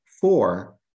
Four